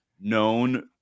known